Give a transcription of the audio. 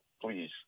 please